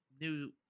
new